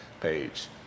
page